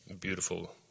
beautiful